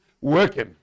working